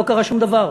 לא קרה שום דבר.